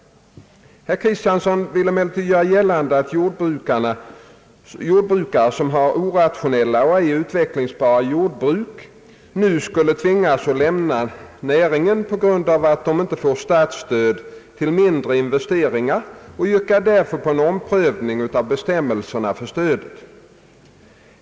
Herr Kristiansson vill emellertid göra gällande att jordbrukare som har orationella och ej utvecklingsbara jordbruk nu skulle tvingas att lämna näringen på grund av att de inte får statsstöd till mindre investeringar och yrkar därför på en omprövning av bestämmelserna för stödet.